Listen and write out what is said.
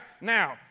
Now